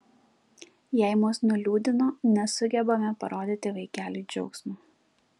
jei mus nuliūdino nesugebame parodyti vaikeliui džiaugsmo